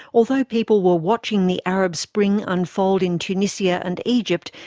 although people were watching the arab spring unfold in tunisia and egypt,